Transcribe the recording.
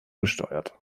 gesteuert